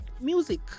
Music